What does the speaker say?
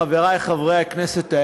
חברי חברי הכנסת,